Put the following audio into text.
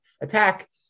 attack